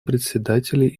председателей